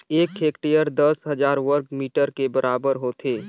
एक हेक्टेयर दस हजार वर्ग मीटर के बराबर होथे